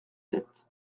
sept